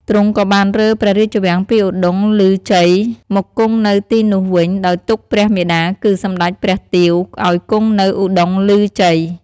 ទ្រង់ក៏បានរើព្រះរាជវាំងពីឧត្តុង្គឮជ័យមកគង់នៅទីនោះវិញ ដោយទុកព្រះមាតាគឺ សម្តេចព្រះទាវ ឲ្យគង់នៅឧត្តុង្គឮជ័យ។